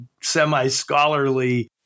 semi-scholarly